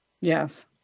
Yes